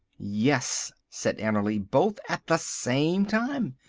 yes, said annerly, both at the same time.